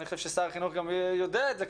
אני חושב ששר החינוך יודע את זה,